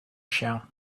chien